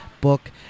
book